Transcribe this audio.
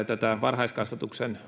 tätä varhaiskasvatuksen